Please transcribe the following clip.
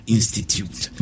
Institute